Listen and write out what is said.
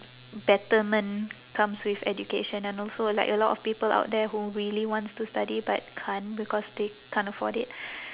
betterment comes with education and also like a lot of people out there who really wants to study but can't because they can't afford it